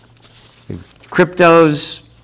Cryptos